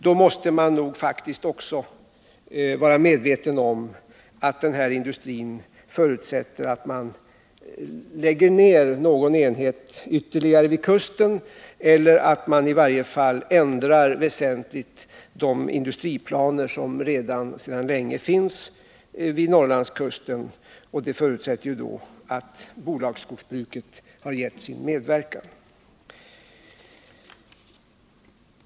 Då måste man faktiskt också vara medveten om att den här industrin förutsätter att man lägger ned ytterligare någon enhet vid kusten — eller att man i varje fall väsentligt ändrar de industriplaner som sedan länge finns vid Norrlandskusten. Detta förutsätter att bolagsskogsbruket har gett sin medverkan.